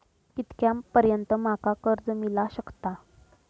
कितक्या पर्यंत माका कर्ज मिला शकता?